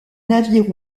navires